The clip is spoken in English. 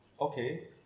okay